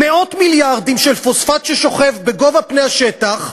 מאות מיליארדים של פוספט ששוכב בגובה פני השטח,